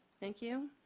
thank you.